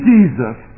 Jesus